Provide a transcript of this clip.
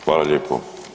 Hvala lijepo.